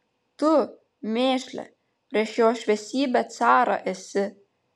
tu mėšle prieš jo šviesybę carą esi